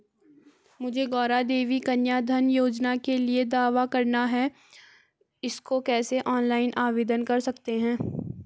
मुझे गौरा देवी कन्या धन योजना के लिए दावा करना है इसको कैसे ऑनलाइन आवेदन कर सकते हैं?